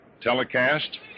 telecast